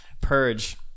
Purge